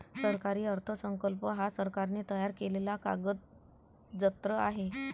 सरकारी अर्थसंकल्प हा सरकारने तयार केलेला कागदजत्र आहे